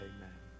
Amen